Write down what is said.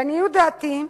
לעניות דעתי,